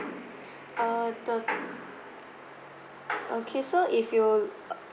err the okay so if you uh